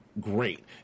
great